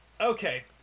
okay